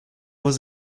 was